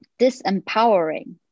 disempowering